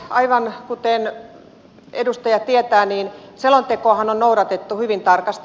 aivan kuten edustaja tietää selontekoahan on noudatettu hyvin tarkasti